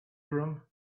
urim